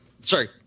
Sorry